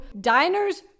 diners